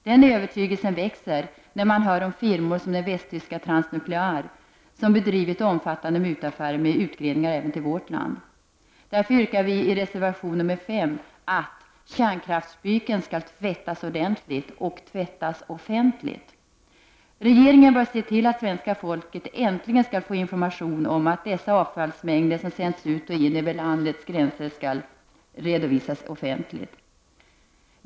Den övertygelsen växer när man hör om firmor som t.ex. den västtyska Transnuclear som bedrivit omfattande mutaffärer med förgreningar även till vårt land. Därför yrkar vi i miljöpartiet i reservation 5 att ”kärnkraftsbyken skall tvättas ordentligt och tvättas offentligt”. Regeringen bör se till att svenska folket äntligen får information om att dessa avfallsmängder som sänds ut och in över landets gränser skall redovisas offentligt.